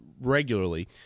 regularly